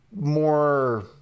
more